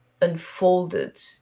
unfolded